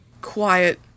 quiet